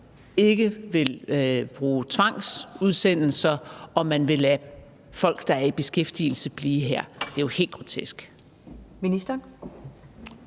ikke vil bruge tvangsudsendelser, og man vil lade folk, der er i beskæftigelse, blive jeg er som ikke